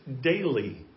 daily